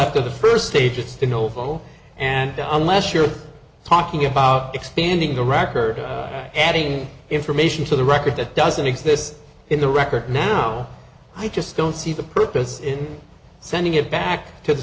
after the first day just an oval and unless you're talking about expanding the record adding information to the record that doesn't exist in the record now i just don't see the purpose in sending it back to the